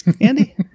Andy